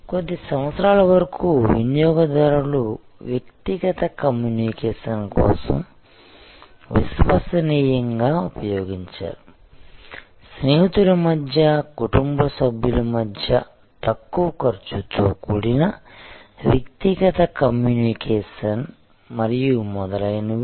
కొద్ది సంవత్సరాల వరకు వినియోగదారులు వ్యక్తిగత కమ్యూనికేషన్ కోసం విశ్వసనీయంగా ఉపయోగించారు స్నేహితుల మధ్య కుటుంబ సభ్యుల మధ్య తక్కువ ఖర్చుతో కూడిన వ్యక్తిగత కమ్యూనికేషన్ మరియు మొదలైనవి